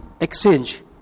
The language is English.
exchange